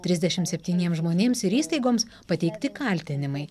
trisdešimt septyniems žmonėms ir įstaigoms pateikti kaltinimai